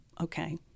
okay